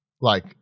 Like-